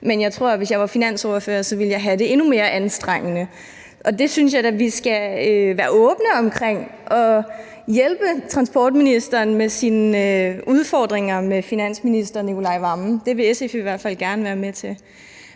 jeg, hvis jeg var finansordfører, så ville have det endnu mere anstrengt. Og det synes jeg da at vi skal være åbne omkring, og jeg synes, vi hjælpe transportministeren i forhold til hans udfordringer med finansministeren, hr. Nicolai Wammen. Det vil SF i hvert fald gerne være med til.